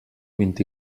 vint